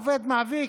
עובד מעביד,